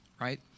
right